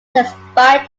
despite